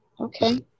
okay